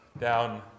down